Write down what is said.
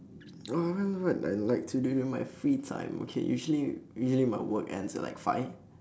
uh what what what I like to do during my free time okay usually usually my work end at like five